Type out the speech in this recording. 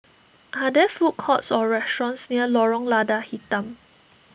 are there food courts or restaurants near Lorong Lada Hitam